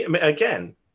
Again